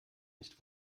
nicht